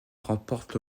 remporte